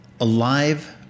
alive